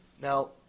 Now